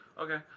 Okay